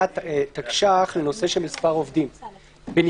היה תקש"ח לנושא של מספר עובדים בנפרד,